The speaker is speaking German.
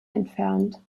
entfernt